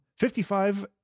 55